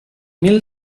mil